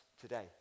today